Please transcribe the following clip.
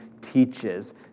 teaches